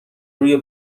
روی